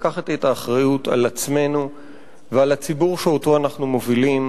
לקחת את האחריות על עצמנו ועל הציבור שאותו אנחנו מובילים,